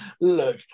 look